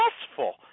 successful